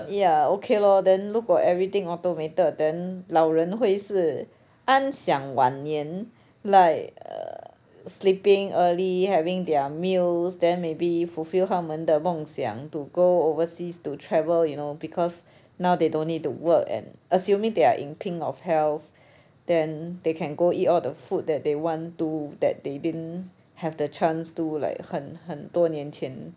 ya okay lor then 如果 everything automated then 老人会是安享晚年 like sleeping early having their meals then maybe fulfil 他们的梦想 to go overseas to travel you know because now they don't need to work and assuming they are in pink of health then they can go eat all the food that they want to that they didn't have the chance to like 很很多年前